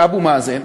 אבו מאזן,